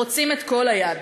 רוצים את כל היד.